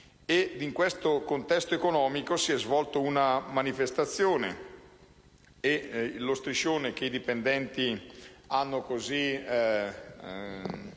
In questo contesto economico, si è svolta una manifestazione. Lo striscione che i dipendenti hanno mostrato